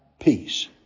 Peace